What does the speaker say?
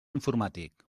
informàtic